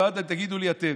אמרתי להם: תגידו לי אתם,